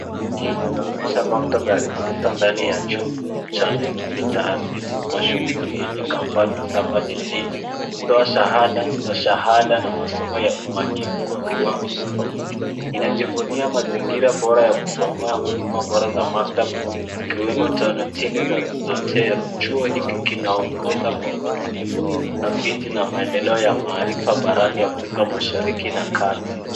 Hii inaonyesha maktaba ya kisasa ndani ya chuo kikuu cha Nairobi taasisi umashuhuri yenye kampasi saba jijini. Hutoa shahada, stashahada na masomo ya umahiri kwa viwango tofauti. Inajivunia mazingira bora ya kusomea ,huduma bora za maktaba zikiwemo tanoteni za zoter[ cs ]. Chuo hiki kinaongoza kwa ubunifu, utafiti na maendeleo ya maarifa barani afrika mashariki na kati.